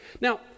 Now